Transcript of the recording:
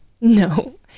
No